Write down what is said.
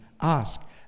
ask